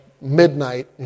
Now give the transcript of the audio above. midnight